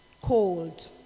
Cold